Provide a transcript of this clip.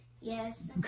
yes